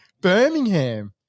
Birmingham